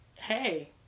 Hey